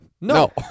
No